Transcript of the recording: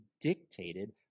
dictated